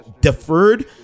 deferred